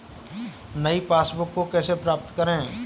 नई पासबुक को कैसे प्राप्त करें?